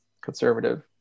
conservative